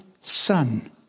son